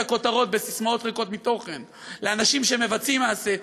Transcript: הכותרות בססמאות ריקות מתוכן לאנשים שמבצעים מעשה,